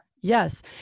yes